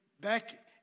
back